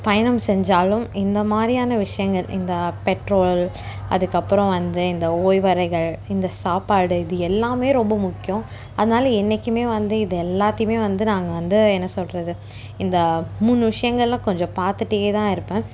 பயணம் செஞ்சாலும் இந்த மாதிரியான விஷயங்கள் இந்த பெட்ரோல் அதுக்கப்புறம் வந்து இந்த ஓய்வறைகள் இந்த சாப்பாடு இது எல்லாமே ரொம்ப முக்கியம் அதனால என்றைக்குமே வந்து இது எல்லாத்தியுமே வந்து நாங்கள் வந்து என்ன சொல்கிறது இந்த மூணு விஷயங்கள்ல கொஞ்சம் பார்த்துட்டே தான் இருப்பேன்